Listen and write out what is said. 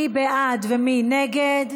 מי בעד ומי נגד?